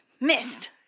Missed